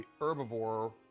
herbivore